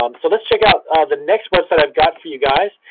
um so let's check out the next website i've got for you guys,